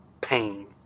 pain